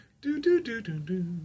Do-do-do-do-do